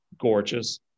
gorgeous